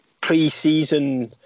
pre-season